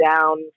down